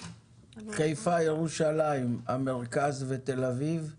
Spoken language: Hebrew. חיפה, ירושלים, המרכז ותל אביב זה